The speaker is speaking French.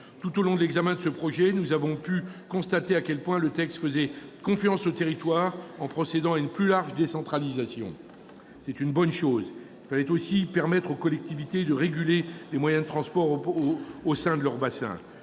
Tout au long de son examen, nous avons pu constater à quel point le texte faisait confiance aux territoires en procédant à une plus large décentralisation. C'est une bonne chose. Il fallait aussi permettre aux collectivités de réguler les moyens de transport au sein de leur bassin.